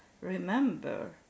remember